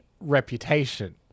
reputation